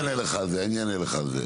אז אני אענה לך על זה.